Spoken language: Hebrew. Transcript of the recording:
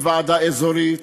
אין ועדה אזורית,